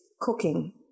cooking